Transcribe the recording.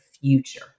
future